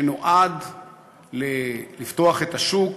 שנועד לפתוח את השוק,